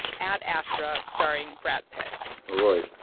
ad astra starring brad pitt roy,